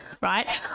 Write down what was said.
right